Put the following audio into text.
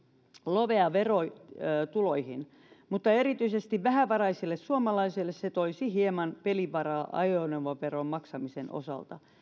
lovea verotuloihin mutta erityisesti vähävaraiselle suomalaiselle se toisi hieman pelivaraa ajoneuvoveron maksamisen osalta